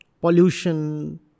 Pollution